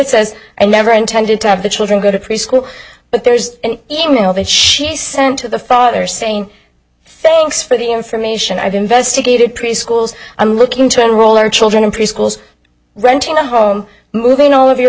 says i never intended to have the children go to preschool but there's an e mail that she sent to the father saying thanks for the information i've investigated preschools i'm looking to enroll our children in preschools renting a home moving all of your